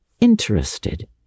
interested